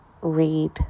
read